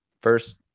first